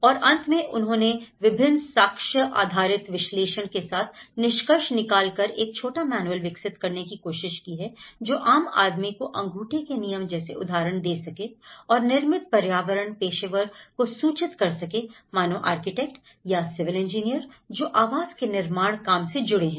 और अंत में उन्होंने विभिन्न साक्ष्य आधारित विश्लेषण के साथ निष्कर्ष निकाल कर एक छोटा मैनुअल विकसित करने की कोशिश की है जो आम आदमी को अंगूठे के नियम जैसे उदाहरण दे सके और निर्मित पर्यावरण पेशेवर को सूचित कर सके मानो आर्किटेक्ट या सिविल इंजीनियर जो आवास के निर्माण काम से जुड़े हैं